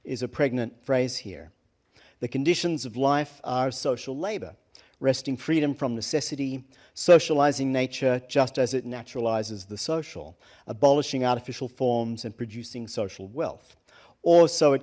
is a pregnant phrase here the conditions of life are social labor resting freedom from necessity socializing nature just as it naturalizes the social abolishing artificial forms and producing social wealth or so it